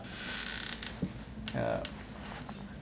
yup